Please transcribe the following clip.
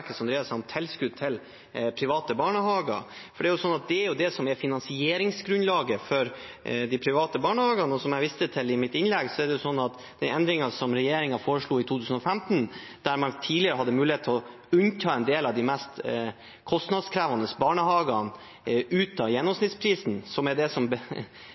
det som er i det private, særlig når det gjelder regelverket som dreier seg om tilskudd til private barnehager. Det er jo det som er finansieringsgrunnlaget for de private barnehagene. Jeg viste i mitt innlegg til den endringen som regjeringen foreslo i 2015, der man tidligere hadde mulighet til å unnta en del av de mest kostnadskrevende barnehagene fra gjennomsnittsprisen, som nær sagt er det